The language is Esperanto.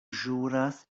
ĵuras